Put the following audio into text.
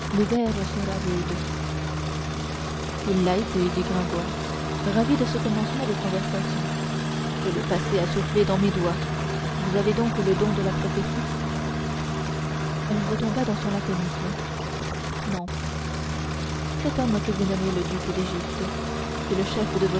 il l'a été dit gringoire ravi de ce commencement de conversation je l'ai passé à souffler dans mes doigts vous avez donc le don de prophétie elle retomba dans son laconisme non cet homme que vous nommez le duc d'égypte c'est le chef de